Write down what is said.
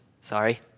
Sorry